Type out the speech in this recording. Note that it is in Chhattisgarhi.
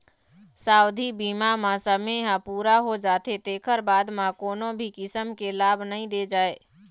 सावधि बीमा म समे ह पूरा हो जाथे तेखर बाद म कोनो भी किसम के लाभ नइ दे जाए